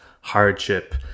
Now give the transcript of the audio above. hardship